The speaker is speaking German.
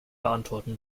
beantworten